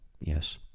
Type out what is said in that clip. yes